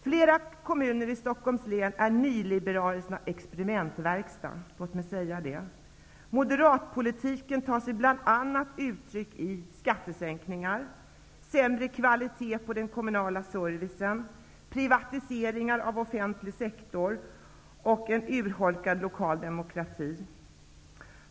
Flera kommuner i Stockholms län är nyliberalernas experimentverkstad -- låt mig säga det. Moderatpolitiken tar sig bl.a. uttryck i skattesänkningar, sämre kvalitet på den kommunala servicen, privatiseringar av offentlig sektor och en urholkad lokal demokrati.